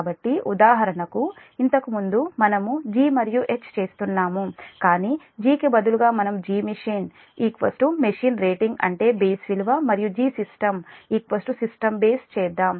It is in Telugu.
కాబట్టి ఉదాహరణకు ఇంతకుముందు మనం G మరియు H చేస్తున్నాము కాని G కి బదులుగా మనం Gmachine మెషిన్ రేటింగ్ అంటే బేస్ విలువ మరియు Gsystem సిస్టమ్ బేస్ చేద్దాం